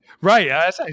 Right